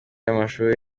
y’amashuri